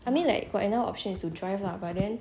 I mean like got another option is to drive lah but then